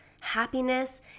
happiness